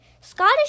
Scottish